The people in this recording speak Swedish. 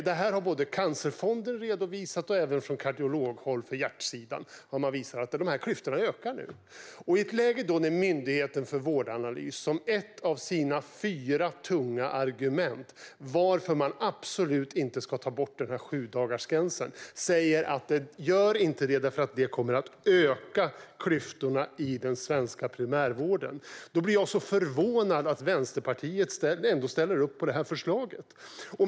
Det har Cancerfonden redovisat, och det har även visats från kardiologhåll för hjärtsidan att klyftorna nu ökar. Myndigheten för vårdanalys lyfter som ett av sina fyra tunga argument fram varför man absolut inte ska ta bort sjudagarsgränsen. Den säger: Gör inte det, eftersom det kommer att öka klyftorna i den svenska primärvården. Jag blir då förvånad att Vänsterpartiet ändå ställer upp på det här förslaget.